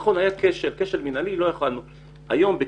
נכון, היה כשל מינהלי ולא יכולנו לעמוד בקצב.